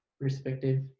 perspective